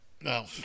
No